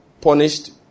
punished